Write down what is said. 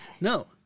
No